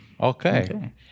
Okay